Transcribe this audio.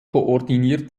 koordiniert